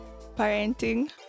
parenting